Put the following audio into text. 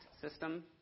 system